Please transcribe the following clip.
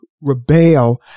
rebel